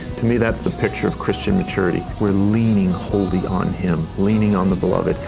to me, that's the picture of christian maturity. we're leaning wholly on him. leaning on the beloved.